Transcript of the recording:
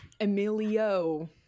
emilio